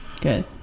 Good